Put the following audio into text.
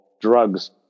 drugs